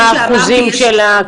מה אחוזים של,